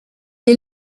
est